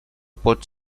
pot